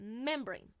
membrane